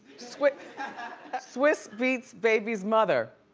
swizz ah swizz beatz' baby's mother.